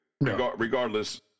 Regardless